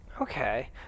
Okay